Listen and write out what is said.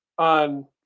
on